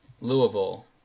louisville